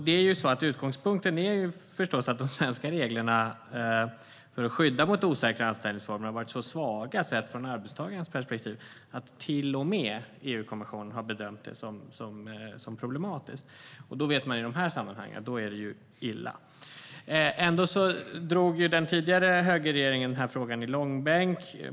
Utgångspunkten för propositionen är förstås att de svenska reglerna för skydd mot osäkra anställningsformer har varit så svaga, sett från arbetstagarens perspektiv, att till och med EU-kommissionen har bedömt det som problematiskt. Och då vet man i de här sammanhangen att det är illa. Ändå drog den tidigare regeringen den här frågan i långbänk.